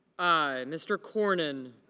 mr. cornyn